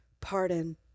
pardon